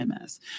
MS